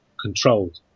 controlled